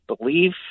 believe